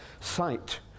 Sight